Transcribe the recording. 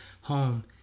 home